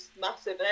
massive